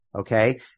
Okay